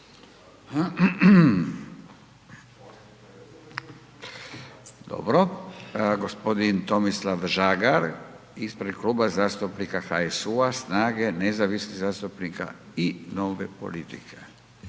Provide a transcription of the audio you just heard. Dobro. G. Tomislav Žagar ispred Kluba zastupnika HSU-a, SNAGA-e, nezavisnih zastupnika i Nove politike.